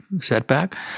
setback